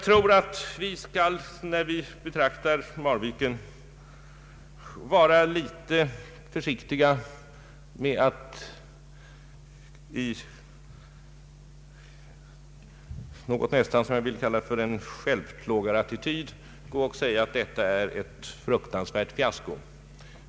När vi betraktar Marviken tror jag att vi bör vara litet försiktiga med att inta en självplågarattityd och säga att detta är ett fruktansvärt fiasko.